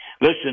Listen